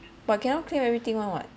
but cannot claim everything [one] [what]